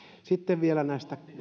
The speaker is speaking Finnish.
sitten vielä näistä